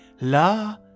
La